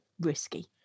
risky